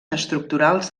estructurals